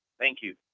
thank you.